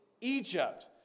Egypt